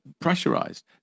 pressurized